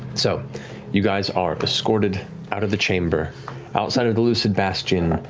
so you guys are escorted out of the chamber outside of the lucid bastion,